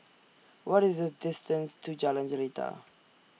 What IS The distance to Jalan Jelita